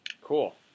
Cool